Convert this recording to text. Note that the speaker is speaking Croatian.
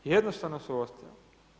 Jednostavno su ostajale.